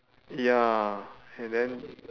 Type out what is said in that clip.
ya and then